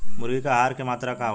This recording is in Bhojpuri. मुर्गी के आहार के मात्रा का होखे?